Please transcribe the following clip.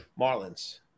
Marlins